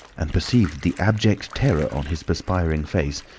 and perceived the abject terror on his perspiring face,